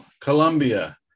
Colombia